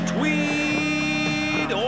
Tweed